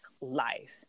life